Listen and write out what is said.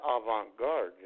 avant-garde